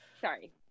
Sorry